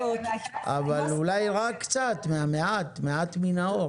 אבל אולי רק מעט מן האור.